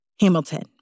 Hamilton